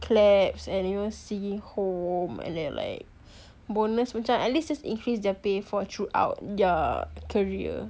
claps and you know singing home and then like bonus macam at least just increase their pay for throughout their career